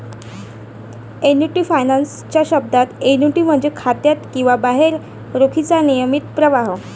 annuity finance च्या शब्दात, annuity म्हणजे खात्यात किंवा बाहेर रोखीचा नियमित प्रवाह